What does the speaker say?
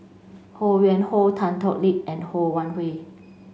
Ho Yuen Hoe Tan Thoon Lip and Ho Wan Hui